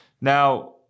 Now